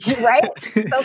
Right